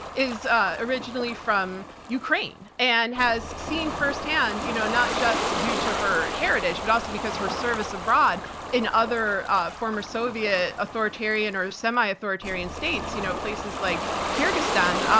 is ah originally from ukraine and has seen firsthand you know not just due to her heritage but also because her service abroad in other former soviet authoritarian or semi-authoritarian states, you know places like kyrgyzstan.